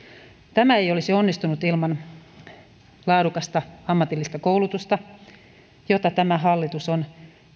tämä ei olisi onnistunut ilman laadukasta ammatillista koulutusta jota tämä hallitus on